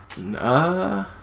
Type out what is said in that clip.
Nah